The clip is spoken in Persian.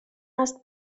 است